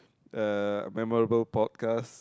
uh memorable podcast